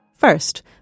First